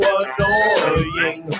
annoying